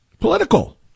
political